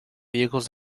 vehicles